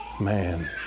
man